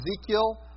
Ezekiel